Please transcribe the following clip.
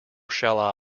shall